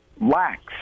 lacks